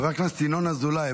חבר הכנסת ינון אזולאי,